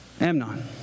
Amnon